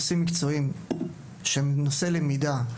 נושאים מקצועיים שהם נושאי למידה,